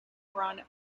run